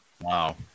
Wow